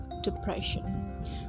depression